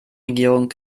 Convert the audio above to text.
regierung